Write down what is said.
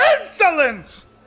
insolence